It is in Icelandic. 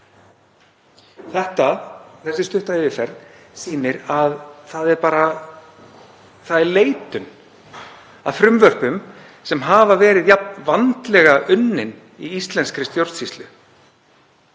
aftur. Þessi stutta yfirferð sýnir að það er leitun að frumvörpum sem hafa verið jafn vandlega unnin í íslenskri stjórnsýslu.